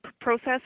process